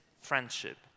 friendship